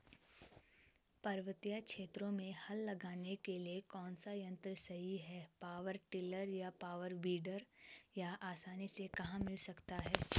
पर्वतीय क्षेत्रों में हल लगाने के लिए कौन सा यन्त्र सही है पावर टिलर या पावर वीडर यह आसानी से कहाँ मिल सकता है?